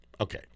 okay